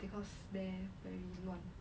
because there very 乱